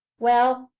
well,